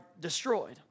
destroyed